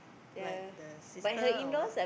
like the sister or what